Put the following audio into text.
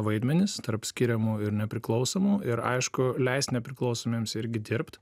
vaidmenis tarp skiriamų ir nepriklausomų ir aišku leist nepriklausomiems irgi dirbt